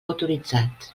autoritzat